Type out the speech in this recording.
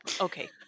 Okay